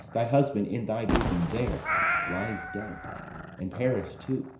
thy husband in thy bosom there lies dead and paris too.